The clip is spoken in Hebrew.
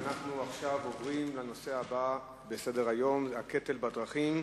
אנחנו עוברים לנושא הבא בסדר-היום: הקטל בדרכים,